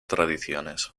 tradiciones